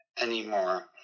anymore